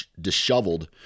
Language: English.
disheveled